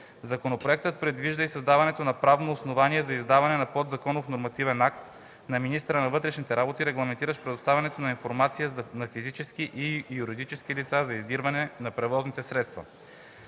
Законопроектът предвижда и създаването на правно основание за издаване на подзаконов нормативен акт на министъра на вътрешните работи, регламентиращ предоставянето на информация на физически и юридически лица за издирване на превозни средства.